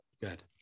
good